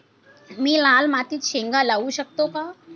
मी लाल मातीत शेंगा लावू शकतो का?